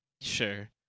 Sure